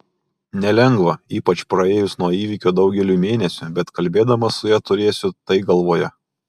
nelengva ypač praėjus nuo įvykio daugeliui mėnesių bet kalbėdamas su ja turėsiu tai galvoje